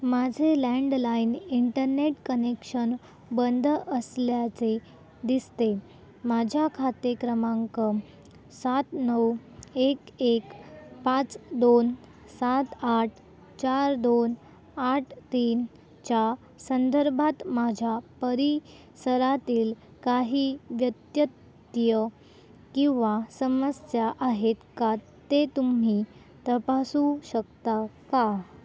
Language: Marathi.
माझे लँडलाइन इंटरनेट कनेक्शन बंद असल्याचे दिसते माझ्या खाते क्रमांक सात नऊ एक एक पाच दोन सात आठ चार दोन आठ तीनच्या संदर्भात माझ्या परिसरातील काही व्यत्यय किंवा समस्या आहेत का ते तुम्ही तपासू शकता का